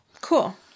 Cool